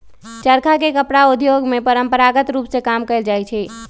चरखा से कपड़ा उद्योग में परंपरागत रूप में काम कएल जाइ छै